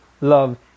Love